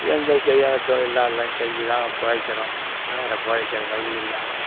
எந்த செய்யாத தொழில்லா எல்லாம் செஞ்சுதான் பிழைக்குறோம் வேற பிழைக்கிற வழி இல்லாமல்